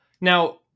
Now